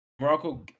Morocco